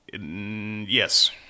Yes